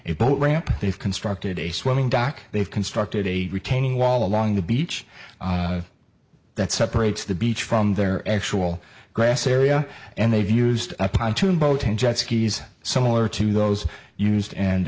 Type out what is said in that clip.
it boat ramp they've constructed a swimming dock they've constructed a retaining wall along the beach that separates the beach from their actual grass area and they've used a pontoon boat jet skis similar to those used and